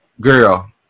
Girl